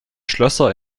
schlösser